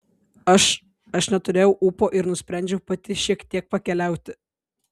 aš aš neturėjau ūpo ir nusprendžiau pati šiek tiek pakeliauti